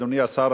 אדוני השר,